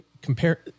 compare